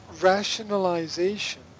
rationalization